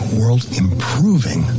world-improving